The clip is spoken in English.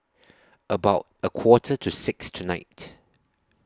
about A Quarter to six tonight